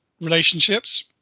relationships